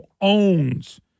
owns